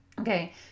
Okay